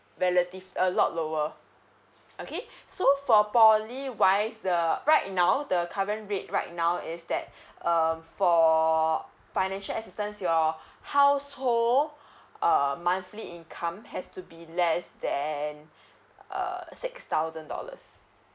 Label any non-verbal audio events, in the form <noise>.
relative a lot lower okay so for poly wise the right now the current rate right now is that <breath> um for financial assistance your household uh monthly income has to be less than uh six thousand dollars